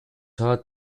hard